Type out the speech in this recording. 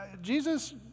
Jesus